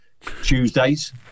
Tuesdays